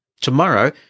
Tomorrow